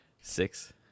six